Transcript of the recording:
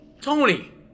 Tony